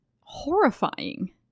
horrifying